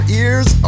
ears